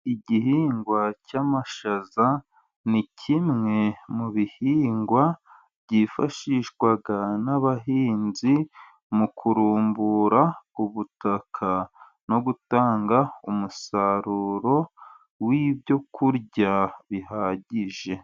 Igihingwa cy'amashaza, ni kimwe mu bihingwa byifashishwa n'abahinzi mu kurumbura ubutaka no gutanga umusaruro w'ibyo kurya bihagije.